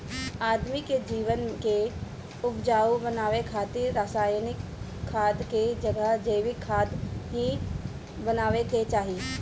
आदमी के जमीन के उपजाऊ बनावे खातिर रासायनिक खाद के जगह जैविक खाद ही अपनावे के चाही